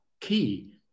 key